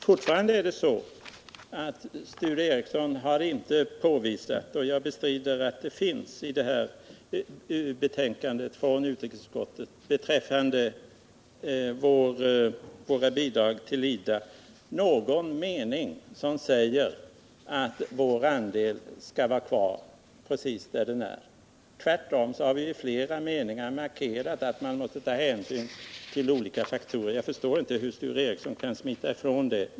Herr talman! Sture Ericson har fortfarande inte påvisat att det finns någon mening i det här betänkandet från utrikesutskottet i den del det avser våra bidrag till IDA — och jag bestrider att det finns någon sådan mening - som säger att vår andel skall vara precis så stor som den nu är. Tvärtom har vi i flera meningar markerat att man måste ta hänsyn till olika faktorer. Jag förstår inte att Sture Ericson kan försöka att smita ifrån detta.